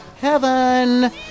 heaven